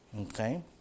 Okay